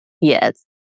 Yes